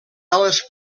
ales